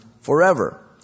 forever